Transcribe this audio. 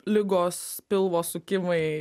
ligos pilvo sukimai